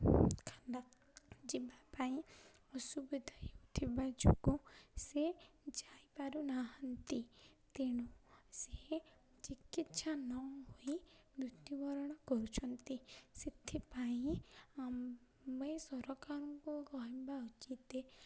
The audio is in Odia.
ଖାନା ଯିବା ପାଇଁ ଅସୁବିଧା ହେଉଥିବା ଯୋଗୁଁ ସେ ଯାଇପାରୁନାହାନ୍ତି ତେଣୁ ସେ ଚିକିତ୍ସା ନ ହୋଇ ମୃତ୍ୟୁବରଣ କରୁଛନ୍ତି ସେଥିପାଇଁ ସରକାରଙ୍କୁ କହିବା ଉଚିତ୍